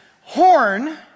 horn